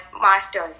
master's